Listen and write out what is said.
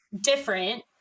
different